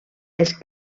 els